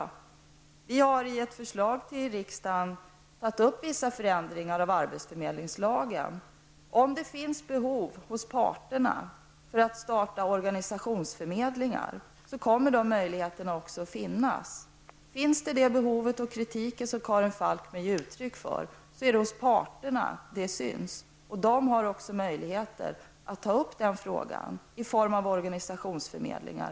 Regeringen har i ett förslag till riksdagen tagit upp frågor om vissa förändringar beträffande arbetsförmedlingslagen. Om det finns behov hos parterna att starta organisationsförmedlingar, kommer möjligheter till sådant att finnas. Alltså: Finns sådant behov och framförs sådan kritik som Karin Falkmer ger uttryck för, är det hos parterna det syns. De har då också möjligheter att ta upp frågan om organisationsförmedlingar.